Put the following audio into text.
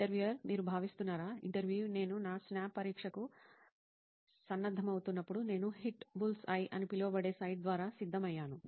interviewer మీరు భావిస్తున్నారా interviewee నేను నా SNAP పరీక్షకు సన్నద్ధమవుతున్నప్పుడు నేను 'హిట్బుల్స్ఐ ' అని పిలువబడే సైట్ ద్వారా సిద్ధం అయ్యాను